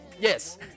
Yes